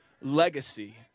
Legacy